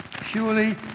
Purely